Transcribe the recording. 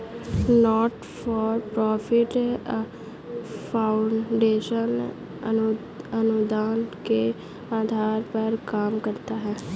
not for profit foundation अनुदान के आधार पर काम करता है